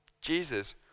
Jesus